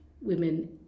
women